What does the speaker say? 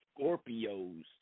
Scorpios